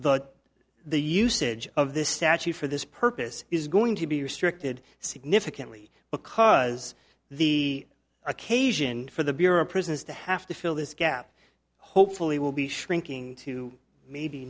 the the usage of the statute for this purpose is going to be restricted significantly because the occasion for the bureau of prisons to have to fill this gap hopefully will be shrinking to maybe